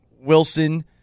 Wilson